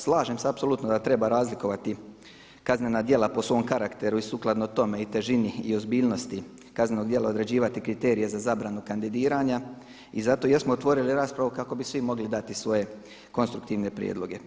Slažem se apsolutno da treba razlikovati kaznena djela po svom karakteru i sukladno tome i težini i ozbiljnosti kaznenog djela, određivati kriterije za zabranu kandidiranja i zato i jesmo otvorili raspravu kako bi svi mogli dati svoje konstruktivne prijedloge.